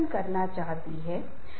संचार बहुत महत्वपूर्ण भूमिका निभा रहा है